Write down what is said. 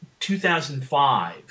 2005